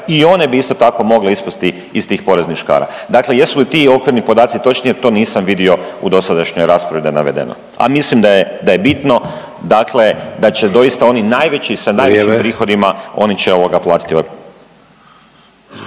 i one bi isto tako mogle ispasti iz tih poreznih škara. Dakle, jesu li ti okvirni podaci točni jer to nisam vidio u dosadašnjoj raspravi da je navedeno, a mislim da, da je bitno dakle da će doista oni najveći sa najvišim…/Upadica Sanader: